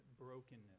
brokenness